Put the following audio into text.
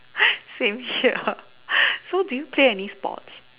same here so do you play any sports